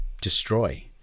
destroy